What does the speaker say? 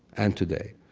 and today,